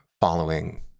following